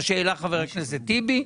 שזה מה שהעלה חבר הכנסת טיבי,